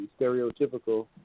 stereotypical